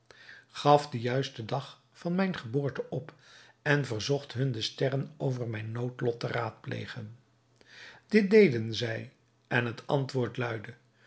gaf den juisten dag van mijne geboorte op en verzocht hun de sterren over mijn noodlot te raadplegen dit deden zij en het antwoord luidde